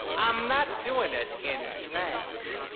i'm not doin' it in drag.